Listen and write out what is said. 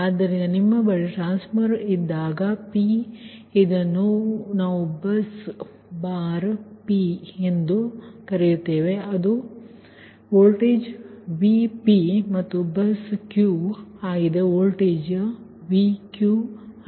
ಆದ್ದರಿಂದ ನಿಮ್ಮ ಬಳಿ ಟ್ರಾನ್ಸ್ಫಾರ್ಮರ್ ಇದೆ ಎಂದು ಭಾವಿಸೋಣ p ಇದನ್ನು ನಾವು ಬಸ್ ಬಾರ್ p ಎಂದು ಕರೆಯುತ್ತೇವೆ ಅದು ವೋಲ್ಟೇಜ್ Vp ಇದು ಬಸ್ q ಆಗಿದೆ ವೋಲ್ಟೇಜ್ Vq ಸರಿ